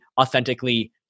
authentically